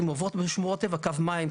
אם הן עוברות בשמורות טבע קו מים,